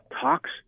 talks